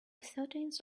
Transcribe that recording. thirteenth